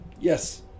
Yes